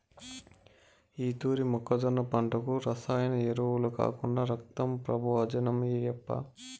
ఈ తూరి మొక్కజొన్న పంటకు రసాయన ఎరువులు కాకుండా రక్తం ప్రబోజనం ఏయప్పా